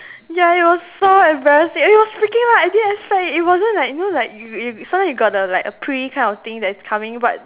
ya it was so embarrassing and it was freaking loud I didn't expect it it wasn't like you know like you you sometimes you got the pre kind of thing that is coming but